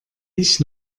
dich